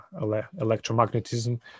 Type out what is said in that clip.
electromagnetism